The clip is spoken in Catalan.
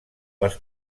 les